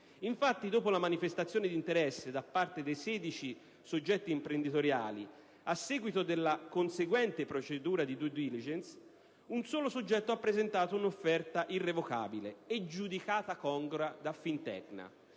Infatti, dopo la manifestazione di interesse da parte di 16 soggetti imprenditoriali, a seguito della conseguente procedura di *due diligence*, un solo soggetto ha presentato un'offerta irrevocabile e giudicata congrua da Fintecna.